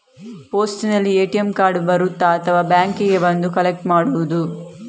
ಪೋಸ್ಟಿನಲ್ಲಿ ATM card ಬರುತ್ತಾ ಅಥವಾ ಬ್ಯಾಂಕಿಗೆ ಬಂದು ಕಲೆಕ್ಟ್ ಮಾಡುವುದು?